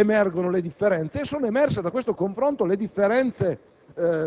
signor Presidente, proprio da questo confronto emergono le differenze. Sono emerse differenze